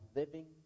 living